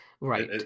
Right